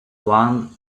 one